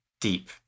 deep